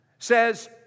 says